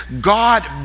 god